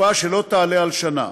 לתקופה שלא תעלה על שנה.